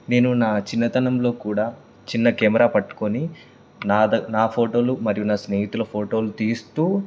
నేను నా చిన్నతనంలో కూడా చిన్న కెమెరా పట్టుకుని నా నా ఫోటోలు మరియు నా స్నేహితుల ఫోటోలు తీస్తూ